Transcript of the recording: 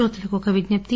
శ్రోతలకు ఒక విజ్ఞప్తి